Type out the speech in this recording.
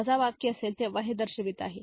वजाबाकी असेल तेव्हा हे दर्शवित आहे